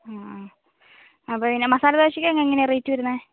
അതെ മസാല ദോശക്കൊക്കെ എങ്ങനെയാണ് റേറ്റ് വരുന്നത്